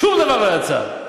שום דבר לא יצא.